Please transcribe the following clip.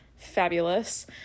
Fabulous